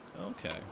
Okay